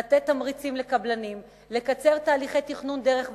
לתת תמריצים לקבלנים ולקצר תהליכי תכנון דרך ול"נים.